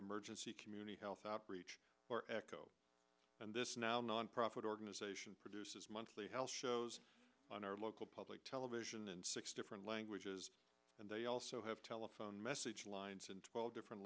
emergency community health or echo and this now nonprofit organization produces monthly health shows on our local public television in six different languages and they also have telephone message lines in twelve different